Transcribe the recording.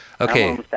Okay